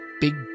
big